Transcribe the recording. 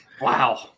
Wow